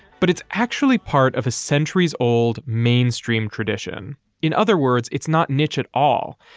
but it's actually part of a centuries old mainstream tradition in other words, it's not niche at all.